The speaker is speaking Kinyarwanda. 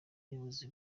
ubuyobozi